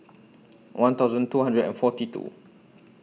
one thousand two hundred and forty two